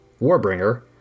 Warbringer